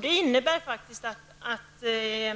Det innebär att det